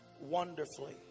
wonderfully